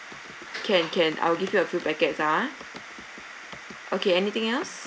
can can I'll give you a few packets ah okay anything else